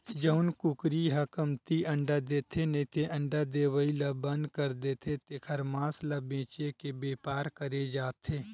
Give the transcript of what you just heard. जउन कुकरी ह कमती अंडा देथे नइते अंडा देवई ल बंद कर देथे तेखर मांस ल बेचे के बेपार करे जाथे